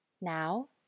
Now